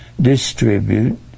distribute